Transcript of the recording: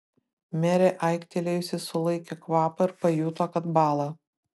merė aiktelėjusi sulaikė kvapą ir pajuto kad bąla